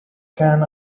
can